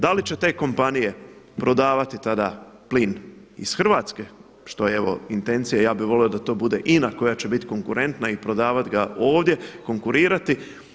Da li će te kompanije prodavati tada plin iz Hrvatske što je evo intencija i ja bih volio da to bude INA koja će biti konkurentna i prodavati ga ovdje, konkurirati.